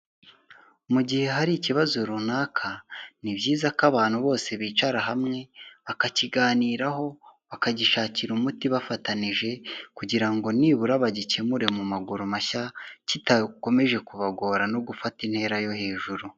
Mu gihe hari ikibazo runaka ni byiza ko abantu bose bicara hamwe bakakiganiraho, bakagishakira umuti bafatanije kugira ngo nibura bagikemure mu maguru mashya, kidakomeje kubagora no gufata intera yo hejuru.